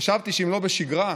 חשבתי שאם לא בשגרה,